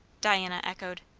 diana echoed.